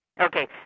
Okay